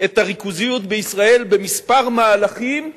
את הריכוזיות בישראל בכמה מהלכים תקדימיים,